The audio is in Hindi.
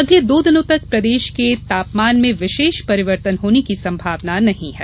अगले दो दिनो तक प्रदेश के तापमान में विशेष परिवर्तन होने की संभावना नहीं है